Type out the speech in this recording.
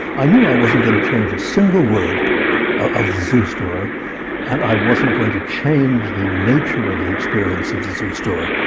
i knew i wasn't going to change a single word of the zoo story and i wasn't going to change the nature of the experience of the zoo story.